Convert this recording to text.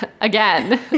again